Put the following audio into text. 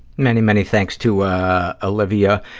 many, many thanks to olivia.